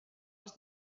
els